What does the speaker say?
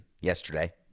yesterday